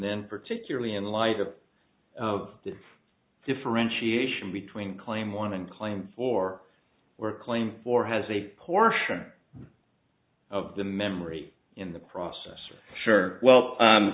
then particularly in light of the differentiation between claim one and claim for or claim for has a portion of the memory in the process sure well